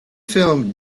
film